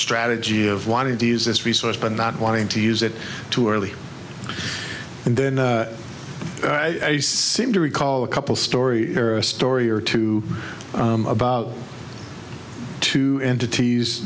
strategy of wanting to use this resource but not wanting to use it too early and then i seem to recall a couple story or a story or two about two entities